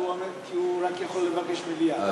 כי הוא יכול רק לבקש מליאה.